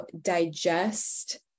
digest